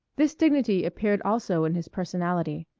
this dignity appeared also in his personality.